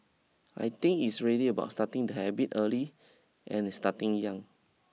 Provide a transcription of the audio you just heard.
I think it's really about starting the habit early and starting young